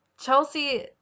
Chelsea